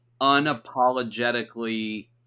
unapologetically